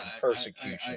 persecution